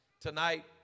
tonight